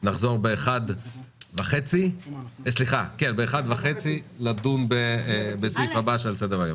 נחזור ב-13:30 לדון בסעיף הבא שעל סדר-היום.